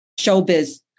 showbiz